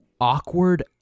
awkward